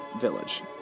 village